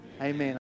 Amen